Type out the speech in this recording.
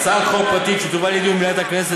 הצעת חוק פרטית שתובא לאישור מליאת הכנסת